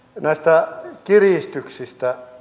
näistä kiristyksistä